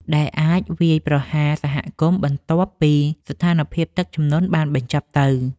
ដែលអាចវាយប្រហារសហគមន៍បន្ទាប់ពីស្ថានភាពទឹកជំនន់បានបញ្ចប់ទៅ។